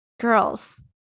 girls